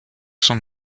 son